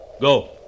Go